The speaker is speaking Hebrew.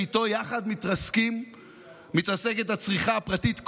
ויחד איתו מתרסקת הצריכה הפרטית.